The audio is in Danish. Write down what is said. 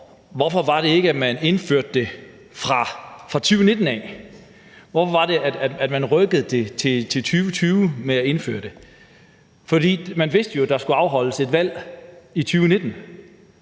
hvorfor det var, at man ikke indførte det fra 2019. Hvorfor rykkede man det til 2020 i forhold til at indføre det? For man vidste jo, at der skulle afholdes et valg i 2019,